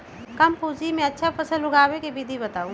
कम पूंजी में अच्छा फसल उगाबे के विधि बताउ?